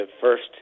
first